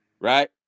right